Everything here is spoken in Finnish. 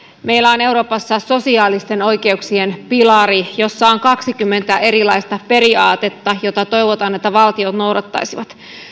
meillä on euroopassa sosiaalisten oikeuksien pilari jossa on kaksikymmentä erilaista periaatetta joita toivotaan valtioiden noudattavan